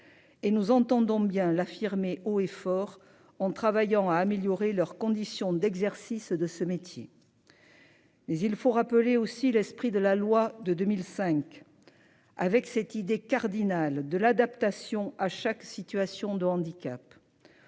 nous entendons bien l'affirmer haut et fort on travaillant à améliorer leurs conditions d'exercice de ce métier. Mais il faut rappeler aussi l'esprit de la loi de 2005. Avec cette idée cardinale de l'adaptation à chaque situation de handicap.